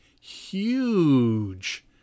huge